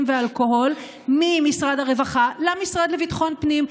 ואלכוהול ממשרד הרווחה למשרד לביטחון הפנים,